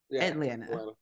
Atlanta